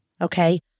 Okay